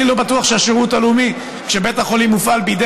אני לא בטוח שהשירות הלאומי שבבית החולים שמופעל בידי